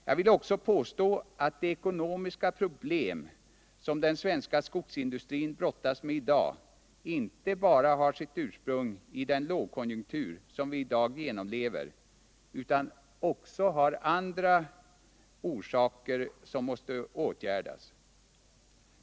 Jag vill också påstå att de ekonomiska problem som den svenska skogsindustrin brottas med i dag inte bara har sitt ursprung iden lågkonjunktur som vi i dag genomlever utan också har andra orsaker som måste åtgärdas.